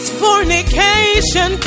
fornication